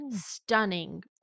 Stunning